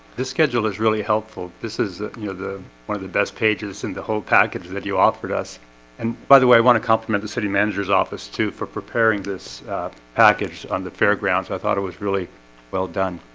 this schedule is really helpful. this is the one of the best pages in the whole package that you offered us and by the way, i want to compliment the city manager's office too for preparing this package on the fairgrounds. i thought it was really well done